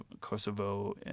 Kosovo